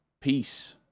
peace